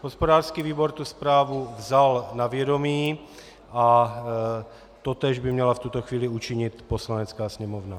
Hospodářský výboru tu zprávu vzal na vědomí a totéž by měla v tuto chvíli učinit Poslanecká sněmovna.